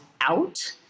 out